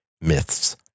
myths